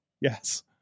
yes